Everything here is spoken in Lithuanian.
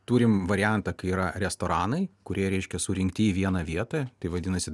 turim variantą kai yra restoranai kurie reiškia surinkti į vieną vietą tai vadinasi